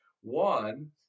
One